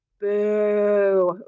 boo